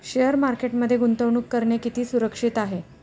Share मार्केटमध्ये गुंतवणूक करणे किती सुरक्षित आहे?